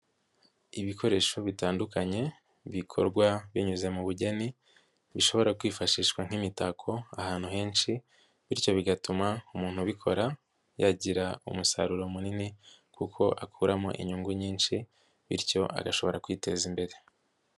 Ibikoresho bitandukanye, bikorwa binyuze mu bugeni, bishobora kwifashishwa nk'imitako ahantu henshi bityo bigatuma umuntu ubikora, yagira umusaruro munini kuko akuramo inyungu nyinshi bityo agashobora kwiteza imbere.